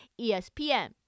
ESPN